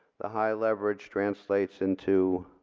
the high leverage translates into